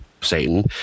Satan